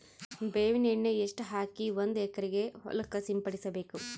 ಬೇವಿನ ಎಣ್ಣೆ ಎಷ್ಟು ಹಾಕಿ ಒಂದ ಎಕರೆಗೆ ಹೊಳಕ್ಕ ಸಿಂಪಡಸಬೇಕು?